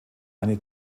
eine